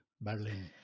Berlin